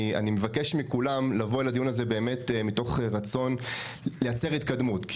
אני מבקש מכולם לבוא לדיון הזה באמת מתוך רצון לייצר התקדמות.